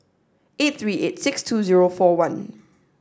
eight three eight six two zero four one